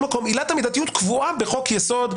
מקום עילת המידתיות קבועה בחוק יסוד,